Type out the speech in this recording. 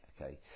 okay